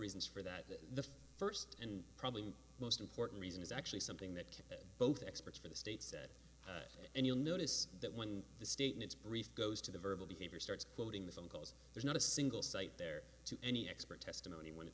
reasons for that the first and probably most important reason is actually something that can both experts for the state said and you'll notice that when the state in its brief goes to the verbal behavior starts quoting the phone calls there's not a single site there to any expert testimony when it